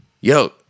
yo